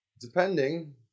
depending